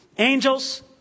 Angels